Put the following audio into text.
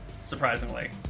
surprisingly